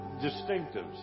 distinctives